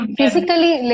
physically